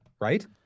Right